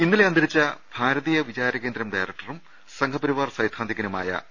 ഇന്നലെ അന്തരിച്ച ഭാരതീയ വിചാര കേന്ദ്രം ഡയറക്ടറും സംഘപരി വാർ സൈദ്ധാന്തികനുമായ പി